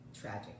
tragic